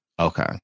Okay